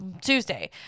Tuesday